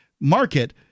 market